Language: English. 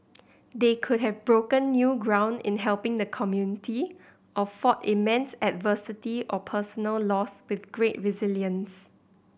they could have broken new ground in helping the community or fought immense adversity or personal loss with great resilience